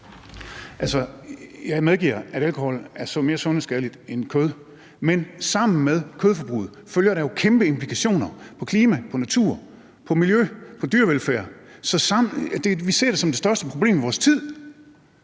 (ALT): Jeg medgiver, at alkohol er mere sundhedsskadeligt end kød, men sammen med kødforbruget følger der jo kæmpe implikationer på klima, på natur, på miljø, på dyrevelfærd. Vi ser det som det største problem i vores tid,